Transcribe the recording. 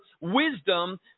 wisdom